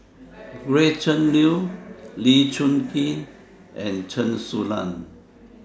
Gretchen Liu Lee Choon Kee and Chen Su Lan